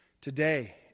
Today